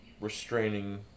restraining